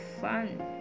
fun